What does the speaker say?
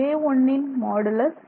a1 ன் modulus a